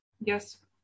Yes